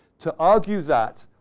to argue that,